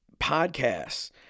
Podcasts